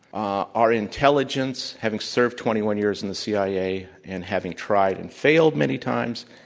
our intelligence, having served twenty one years in the cia and having tried and failed many times,